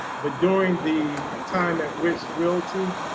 but during the time at rich realty.